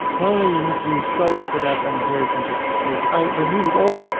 normally, you need to use codes for that and here you can just save it. i remove it all,